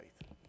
faith